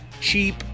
Cheap